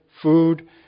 food